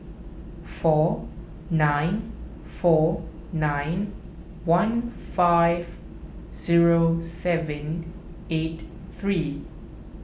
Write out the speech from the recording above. four nine four nine one five zero seven eight three